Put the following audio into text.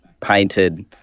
painted